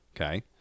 Okay